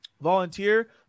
volunteer